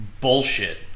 bullshit